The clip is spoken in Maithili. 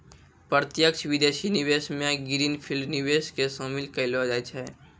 प्रत्यक्ष विदेशी निवेश मे ग्रीन फील्ड निवेश के शामिल केलौ जाय छै